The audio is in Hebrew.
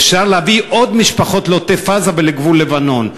אפשר להביא עוד משפחות לעוטף-עזה ולגבול לבנון,